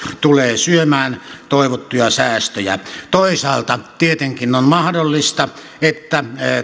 tulee syömään toivottuja säästöjä toisaalta tietenkin on mahdollista että